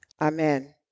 Amen